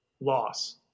loss